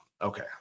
Okay